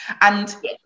And-